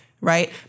right